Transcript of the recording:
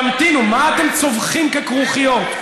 תמתינו, מה אתם צווחים ככרוכיות?